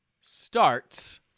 starts